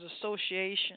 Association